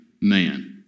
man